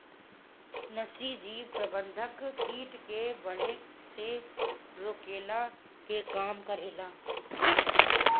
नाशीजीव प्रबंधन किट के बढ़े से रोकला के काम करेला